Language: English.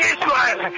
Israel